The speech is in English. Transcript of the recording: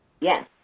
Yes